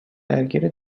درگیر